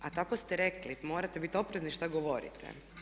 A tako ste rekli, morate biti oprezni što govorite.